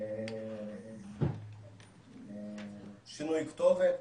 שינוי כתובת.